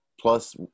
plus